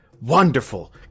wonderful